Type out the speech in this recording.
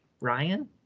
Ryan